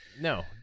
No